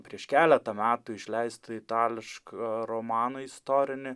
prieš keletą metų išleistą itališką romaną istorinį